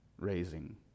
raising